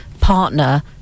partner